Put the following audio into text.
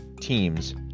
teams